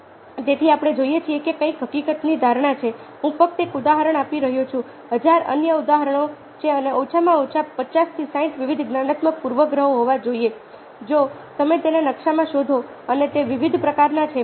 તેથી આપણે જોઈએ છીએ કે કંઈક હકીકતની ધારણા છે હું ફક્ત એક ઉદાહરણ આપી રહ્યો છું ત્યાં 1000 અન્ય ઉદાહરણો છે અને ઓછામાં ઓછા 50 થી 60 વિવિધ જ્ઞાનાત્મક પૂર્વગ્રહો હોવા જોઈએ જો તમે તેને નકશામાં શોધો અને તે વિવિધ પ્રકારનાં છે